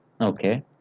Okay